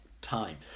time